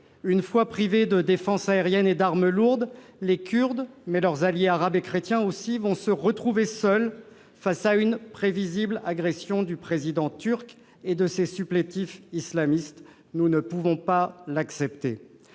une fois privés de défense aérienne et d'armes lourdes, les Kurdes, mais aussi leurs alliés arabes et chrétiens, se retrouveront seuls face à une prévisible agression du Président turc et de ses supplétifs islamistes. Nous ne pouvons pas l'accepter